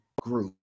group